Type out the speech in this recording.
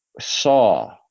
saw